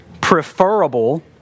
preferable